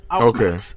Okay